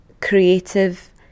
creative